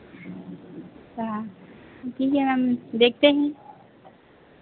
अच्छा ठीक है मैम देखते हैं